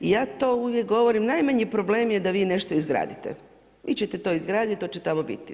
Ja to uvijek govorim najmanji je problem da vi nešto izgradite, vi ćete to izgraditi, to će tamo biti.